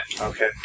Okay